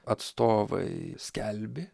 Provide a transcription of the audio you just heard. atstovai skelbė